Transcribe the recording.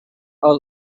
aus